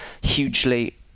hugely